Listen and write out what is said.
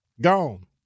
Gone